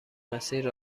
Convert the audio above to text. مسیر